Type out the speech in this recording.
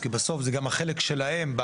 כי בסוף זה גם החלק שלהם.